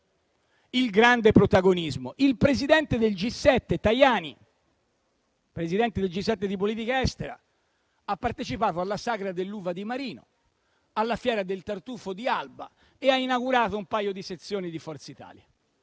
esteri del G7, ha partecipato alla sagra dell'uva di Marino, alla Fiera del tartufo di Alba e ha inaugurato un paio di sezioni di Forza Italia.